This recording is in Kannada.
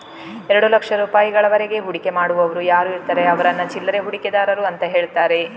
ಎರಡು ಲಕ್ಷ ರೂಪಾಯಿಗಳವರೆಗೆ ಹೂಡಿಕೆ ಮಾಡುವವರು ಯಾರು ಇರ್ತಾರೆ ಅವ್ರನ್ನ ಚಿಲ್ಲರೆ ಹೂಡಿಕೆದಾರರು ಅಂತ ಹೇಳ್ತಾರೆ